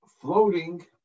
floating